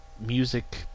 music